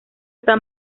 está